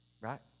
right